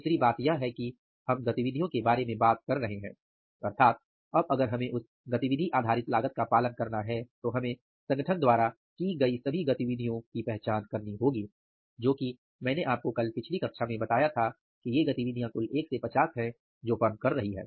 दूसरी बात यह है कि हम गतिविधियों के बारे में बात कर रहे हैं अर्थात अब अगर हमें उस गतिविधि आधारित लागत का पालन करना है तो हमें संगठन द्वारा की गई सभी गतिविधियों की पहचान करनी होगी जो की मैंने आपको कल पिछली कक्षा में बताया है कि कुल 1 से 50 गतिविधियां फर्म कर रही है